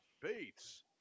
Bates